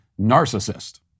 narcissist